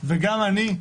-- גם אני,